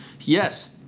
Yes